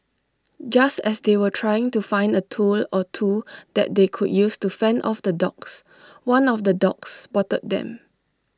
just as they were trying to find A tool or two that they could use to fend off the dogs one of the dogs spotted them